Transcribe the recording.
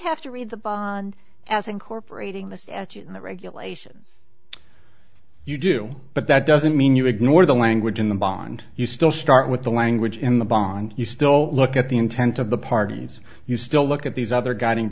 have to read the bond as incorporating the statute in the regulations you do but that doesn't mean you ignore the language in the bond you still start with the language in the bond you still look at the intent of the parties you still look at these other guiding